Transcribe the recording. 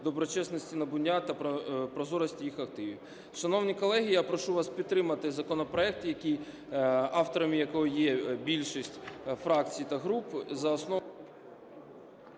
доброчесності набуття та прозорості їх активів. Шановні колеги, я прошу вас підтримати законопроект, авторами якого є більшість фракцій та груп,